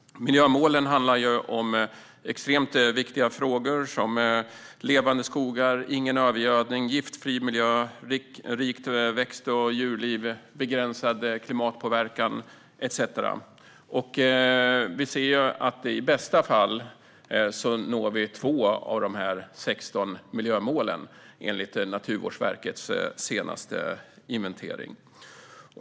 Miljömålen handlar om extremt viktiga frågor såsom levande skogar, att ingen övergödning ska förekomma, en giftfri miljö, ett rikt växt och djurliv och begränsad klimatpåverkan. I bästa fall når vi 2 av dessa 16 miljömål, enligt Naturvårdsverkets senaste inventering.